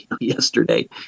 yesterday